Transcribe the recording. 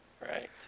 Right